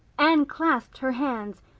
anne clasped her hands.